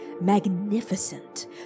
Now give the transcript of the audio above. magnificent